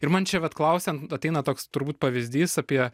ir man čia vat klausiant ateina toks turbūt pavyzdys apie